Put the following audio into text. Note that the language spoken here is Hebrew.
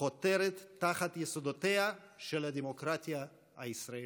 חותרת תחת יסודותיה של הדמוקרטיה הישראלית.